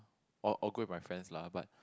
or or go with my friends lah but